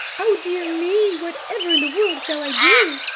oh, dear me, whatever in the world shall i do?